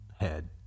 Head